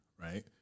right